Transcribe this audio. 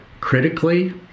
critically